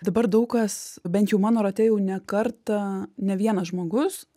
dabar daug kas bent jau mano rate jau ne kartą ne vienas žmogus